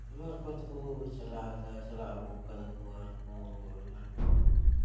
ᱟᱭᱢᱟ ᱨᱚᱠᱚᱢ ᱛᱮᱵᱚ ᱪᱟᱞᱟᱣ ᱮᱫᱟ ᱪᱟᱞᱟᱣ ᱟᱹᱰᱩ ᱟᱠᱟᱫᱟ ᱠᱚ ᱟᱨᱠᱚ ᱮᱱᱟᱱ